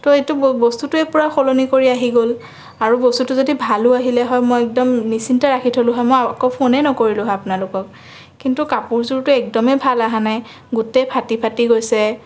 তো এইটো বস্তুটোৱেই পূৰা সলনি কৰি আহি গ'ল আৰু বস্তুটো যদি ভালো আহিলে হয় মই একদম নিশ্চিন্তে ৰাখি থলোঁ হয় মই আকৌ ফোনেই নকৰিলোঁ হয় আপোনালোকক কিন্তু কাপোৰযোৰটো একদমেই ভাল অহা নাই গোটেই ফাটি ফাটি গৈছে